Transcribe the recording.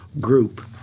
group